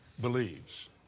believes